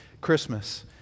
Christmas